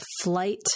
flight